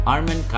Armin